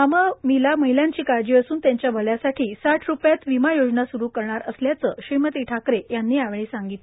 माविमला महिलांची काळजी असून त्यांच्या भल्यासाठी साठ रुपयात विमा योजना सुरू करणार असल्याचे ठाकरे यांनी सांगितले